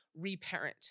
reparent